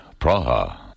Praha